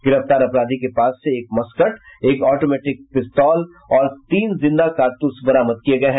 गिरफ्तार अपराधी के पास से एक मसकट एक आटोमेटिक पिस्तौल और तीन जिन्दा कारतूस बरामद किये गये हैं